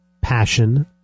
passion